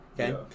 Okay